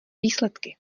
výsledky